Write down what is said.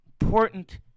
Important